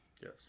Yes